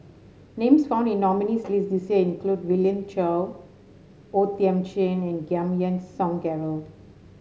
names found in nominees' list this year include Willin O Thiam Chin and Giam Yean Song Gerald